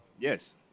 Yes